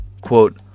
Quote